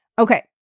Okay